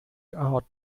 out